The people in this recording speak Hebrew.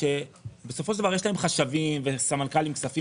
בסופו של דבר יש להם חשבים וסמנכ"לי כספים